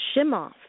Shimoff